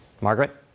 Margaret